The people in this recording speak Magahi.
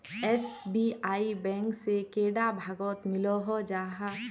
एस.बी.आई बैंक से कैडा भागोत मिलोहो जाहा?